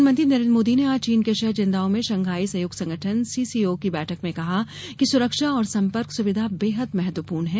प्रधानमंत्री नरेन्द्र मोदी ने आज चीन के शहर चिनदाओ में शंघाई सहयोग संगठन सीसीओ की बैठक में कहा कि सुरक्षा और संपर्क सुविधा बेहद महत्वपूर्ण है